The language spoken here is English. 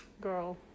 Girl